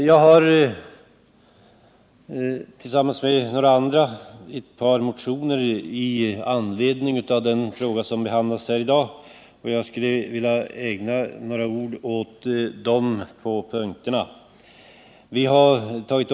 Jag har tillsammans med några andra ledamöter väckt ett par motioner i anledning av den fråga som behandlas här i dag, och jag skulle vilja ägna några ord åt de två punkter som motionerna berör.